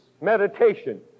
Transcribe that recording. meditation